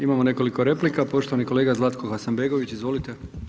Imamo nekoliko replika, poštovani kolega Zlatko Hasanbegović, izvolite.